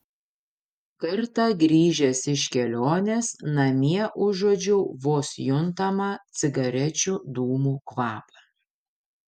kartą grįžęs iš kelionės namie užuodžiau vos juntamą cigarečių dūmų kvapą